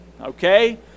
okay